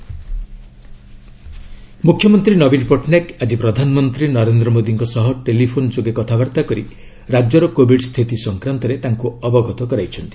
Odisha Covid ମ୍ରଖ୍ୟମନ୍ତ୍ରୀ ନବୀନ ପଟ୍ଟନାୟକ ଆଜି ପ୍ରଧାନମନ୍ତ୍ରୀ ନରେନ୍ଦ୍ ମୋଦୀଙ୍କ ସହ ଟେଲିଫୋନ୍ ଯୋଗେ କଥାବାର୍ତ୍ତା କରି ରାଜ୍ୟର କୋବିଡ୍ ସ୍ଥିତି ସଂକ୍ରାନ୍ତରେ ତାଙ୍କୁ ଅବଗତ କରାଇଛନ୍ତି